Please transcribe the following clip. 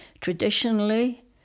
Traditionally